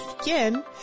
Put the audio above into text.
skin